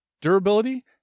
durability